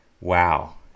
wow